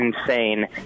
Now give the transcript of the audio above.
insane